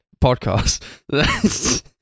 podcast